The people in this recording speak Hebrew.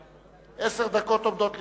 עשר דקות עומדות לרשותך.